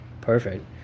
perfect